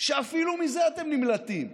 שאפילו מזה אתם נמלטים?